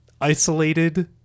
isolated